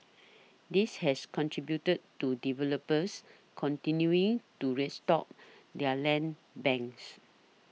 this has contributed to developers continuing to restock their land banks